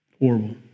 Horrible